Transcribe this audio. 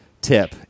tip